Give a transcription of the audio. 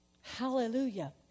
Hallelujah